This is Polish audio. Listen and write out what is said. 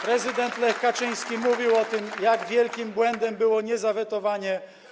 Prezydent Lech Kaczyński mówił o tym, jak wielkim błędem było niezawetowanie.